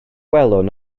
welwn